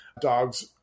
Dogs